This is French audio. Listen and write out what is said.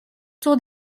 tour